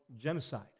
genocide